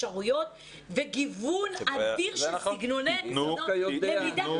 אפשרויות וגיוון אדיר של סגנון לימוד?